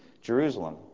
Jerusalem